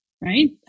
right